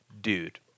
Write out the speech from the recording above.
Dude